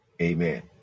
Amen